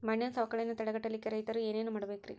ಮಣ್ಣಿನ ಸವಕಳಿಯನ್ನ ತಡೆಗಟ್ಟಲಿಕ್ಕೆ ರೈತರು ಏನೇನು ಮಾಡಬೇಕರಿ?